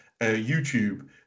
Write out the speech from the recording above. YouTube